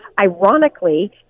ironically